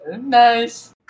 nice